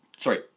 sorry